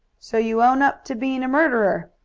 so you own up to being a murderer?